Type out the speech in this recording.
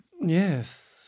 Yes